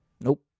Nope